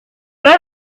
más